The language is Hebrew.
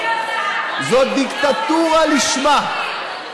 זו דיקטטורה לשמה.